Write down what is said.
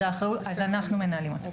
אנחנו מנהלים אותה.